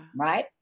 right